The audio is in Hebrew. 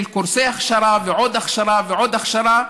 של קורסי הכשרה ועוד הכשרה ועוד הכשרה,